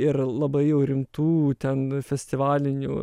ir labai jau rimtų ten festivalinių